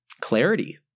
Clarity